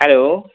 hello